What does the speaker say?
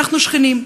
אנחנו שכנים,